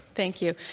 thank you.